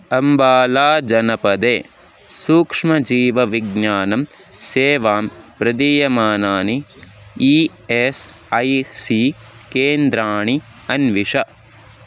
अम्बालाजनपदे सूक्ष्मजीवविज्ञानं सेवां प्रदीयमानानि ई एस् ऐ सी केन्द्राणि अन्विष